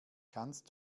kannst